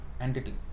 entity